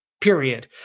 period